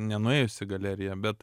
nenuėjus į galeriją bet